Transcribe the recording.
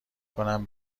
کنم